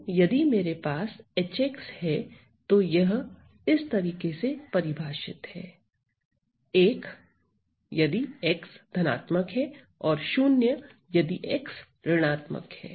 तो यदि मेरे पास H है तो यह इस तरीके से परिभाषित है 1 यदि x धनात्मक है और 0 यदि x ऋणात्मक है